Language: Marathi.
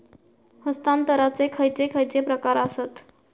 हस्तांतराचे खयचे खयचे प्रकार आसत?